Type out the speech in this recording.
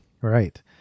Right